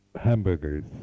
hamburgers